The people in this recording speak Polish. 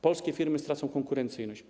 Polskie firmy stracą konkurencyjność.